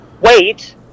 wait